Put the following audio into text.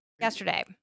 yesterday